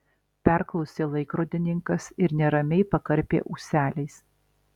perklausė laikrodininkas ir neramiai pakarpė ūseliais